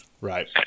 Right